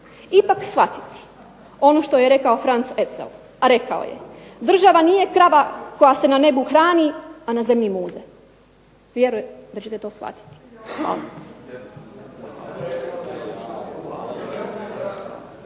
ipak shvatiti ono što je rekao Franz Ezel, a rekao je država nije krava koja se na nebu hrani, a na zemlji muze. Vjerujem da ćete to shvatiti.